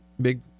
Big